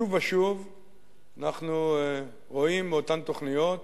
שוב ושוב אנחנו רואים באותן תוכניות